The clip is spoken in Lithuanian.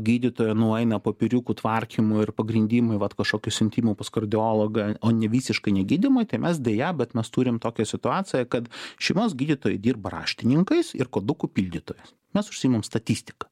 gydytojo nueina popieriukų tvarkymui ir pagrindimui vat kažkokio siuntimo pas kardiologą o ne visiškai ne gydymui tie mes deja bet mes turime tokią situaciją kad šeimos gydytojai dirba raštininkais ir kodukų pildytojas mes užsiimam statistika